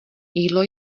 jídlo